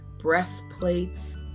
breastplates